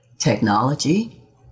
Technology